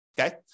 Okay